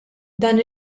dan